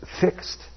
fixed